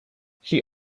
she